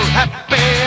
happy